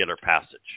passage